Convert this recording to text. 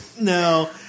No